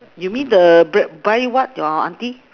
you mean the bread buy what your auntie